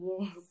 Yes